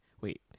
wait